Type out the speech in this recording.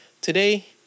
Today